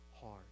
hard